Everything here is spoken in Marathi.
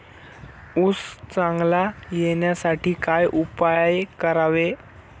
ऊस चांगला येण्यासाठी काय उपाय करावे?